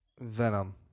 Venom